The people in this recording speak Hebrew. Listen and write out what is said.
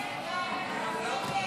ההצעה